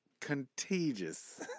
Contagious